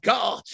God